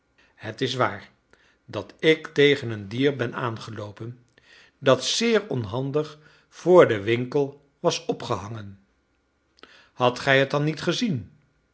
het is waar dat ik tegen een dier ben aangeloopen dat zeer onhandig voor een winkel was opgehangen hadt gij het dan niet gezien